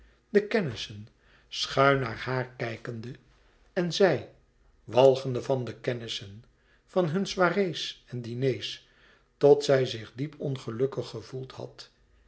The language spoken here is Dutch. de kennissen schuin naar haar kijkende en zij walgende van de kennissen van hun soirées en diners tot zij zich diep ongelukkig gevoeld had